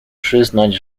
przyznać